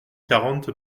quarante